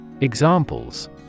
Examples